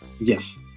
Yes